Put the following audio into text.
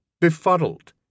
befuddled